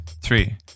three